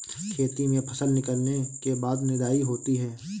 खेती में फसल निकलने के बाद निदाई होती हैं?